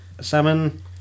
salmon